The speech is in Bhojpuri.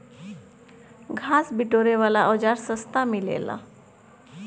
घास बिटोरे वाला औज़ार सस्ता मिलेला